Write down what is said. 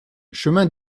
chemin